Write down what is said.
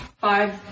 five